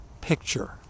picture